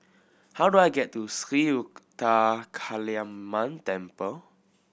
how do I get to Sri Ruthra Kaliamman Temple